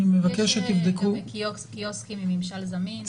יש קיוסקים עם ממשל זמין.